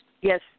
Yes